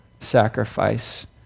sacrifice